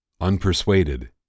Unpersuaded